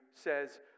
says